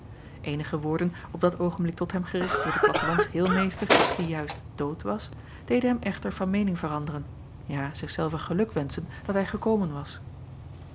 enige woorden op dat oogenblik tot hem gericht door den plattelands heelmeester die juist dood was deden hem echter van meening veranderen ja zich zelven gelukwenschen dat hij gekomen was